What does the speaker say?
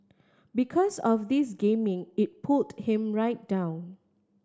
because of this gaming it pulled him right down